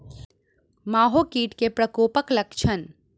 माहो कीट केँ प्रकोपक लक्षण?